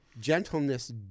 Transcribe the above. gentleness